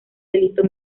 delito